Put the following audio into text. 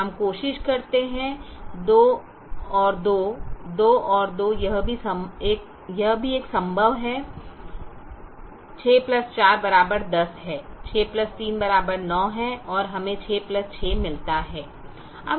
हम कोशिश करते हैं 21 21 यह भी एक संभव 6 410 है 6 3 9 है और हमें 6 6 मिलता है